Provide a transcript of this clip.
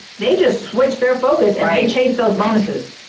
they just switch their focus and they chase those bonuses.